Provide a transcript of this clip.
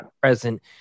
present